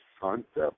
concept